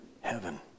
heaven